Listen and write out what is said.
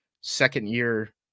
second-year –